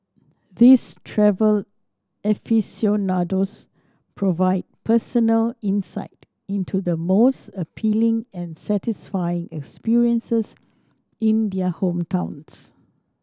these travel aficionados provide personal insight into the most appealing and satisfying experiences in their hometowns